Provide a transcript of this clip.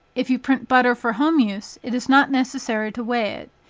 if you print butter for home use, it is not necessary to weigh it,